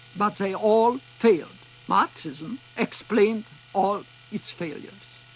but they all failed. marxism explained all its failures.